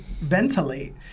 ventilate